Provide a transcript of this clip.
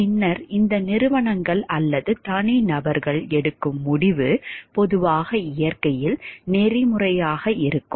பின்னர் இந்த நிறுவனங்கள் அல்லது தனிநபர்கள் எடுக்கும் முடிவு பொதுவாக இயற்கையில் நெறிமுறையாக இருக்கும்